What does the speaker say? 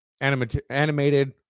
animated